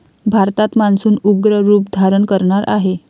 भारतात मान्सून उग्र रूप धारण करणार आहे